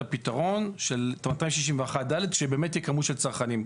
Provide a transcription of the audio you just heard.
הפתרון של 261(ד) שבאמת יהיה כמות של צרכנים.